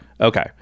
Okay